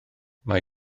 mae